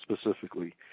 specifically